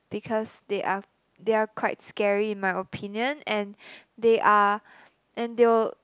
because they are they are quite scary in my opinion and they are and they'll